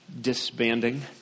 disbanding